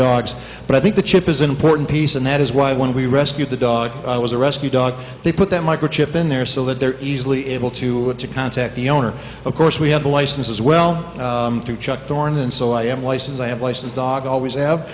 dogs but i think the chip is an important piece and that is why when we rescued the dog was a rescue dog they put that microchip in there so that they're easily able to contact the owner of course we have a license as well to chuck dorn and so i am license i have license dog always av